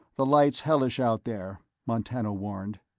the light's hellish out there, montano warned.